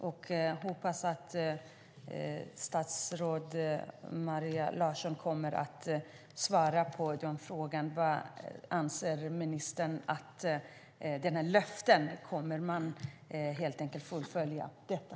Jag hoppas att statsrådet Maria Larsson kommer att svara på frågorna. Vad anser ministern om dessa löften? Kommer man att fullfölja detta?